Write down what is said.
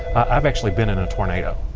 i've actually been in a tornado.